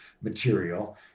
material